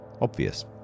obvious